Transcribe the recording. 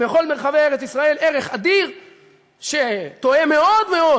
בכל מרחבי ארץ-ישראל ערך אדיר שתואם מאוד מאוד